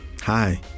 Hi